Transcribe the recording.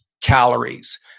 calories